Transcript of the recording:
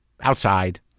Outside